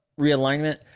realignment